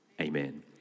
amen